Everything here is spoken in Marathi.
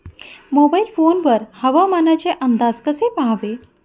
मोबाईल फोन वर हवामानाचे अंदाज कसे पहावे?